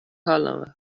حالمه